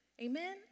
Amen